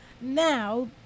Now